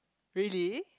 really